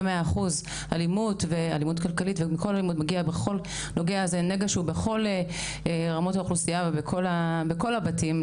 אלימות ואלימות כלכלית הן נגע שהוא בכל רמות האוכלוסייה ובכל הבתים,